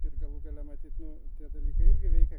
ir galų gale matyt nu tie dalykai irgi veikia